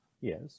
Yes